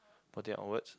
but they are outwards